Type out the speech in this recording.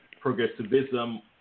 progressivism